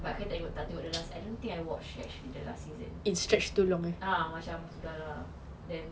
kak tak tengok the last I don't think I watch the last season